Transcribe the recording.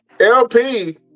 LP